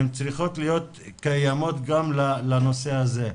הן צריכות להתקיים גם לנושא הזה.